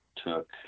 took